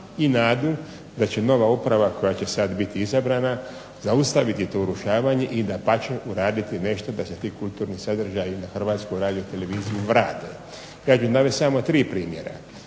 i nadu da će nova uprava koja će sad biti izabrana zaustaviti to urušavanje i dapače, uraditi nešto da se ti kulturni sadržaji u Hrvatsku radioteleviziju vrate. Ja ću navest samo tri primjera.